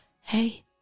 hey